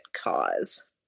cause